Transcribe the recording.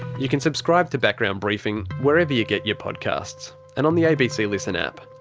you can subscribe to background briefing wherever you get your podcasts, and on the abc listen app.